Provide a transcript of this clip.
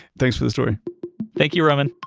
thanks for the story thank you, roman